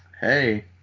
Hey